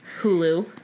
Hulu